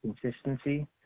consistency